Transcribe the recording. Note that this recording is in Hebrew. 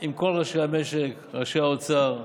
עם כל ראשי המשק, ראשי האוצר,